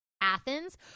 Athens